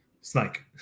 snake